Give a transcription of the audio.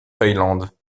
thaïlande